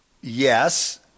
Yes